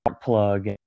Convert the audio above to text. plug